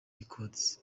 records